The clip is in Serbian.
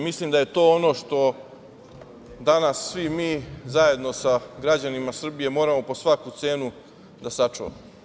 Mislim da je to ono što danas svi mi zajedno sa građanima Srbije moramo po svaku cenu da sačuvamo.